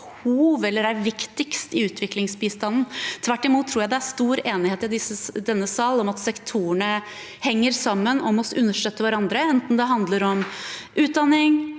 eller er viktigst i utviklingsbistanden. Tvert imot tror jeg det er stor enighet i denne sal om at sektorene henger sammen og må understøtte hverandre, enten det handler om utdanning,